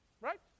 Right